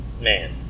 man